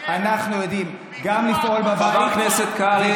חבר הכנסת קרעי,